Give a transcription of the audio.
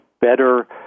better